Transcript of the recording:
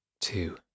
two